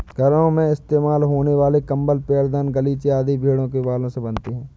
घरों में इस्तेमाल होने वाले कंबल पैरदान गलीचे आदि भेड़ों के बालों से बनते हैं